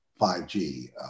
5G